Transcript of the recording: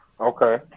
Okay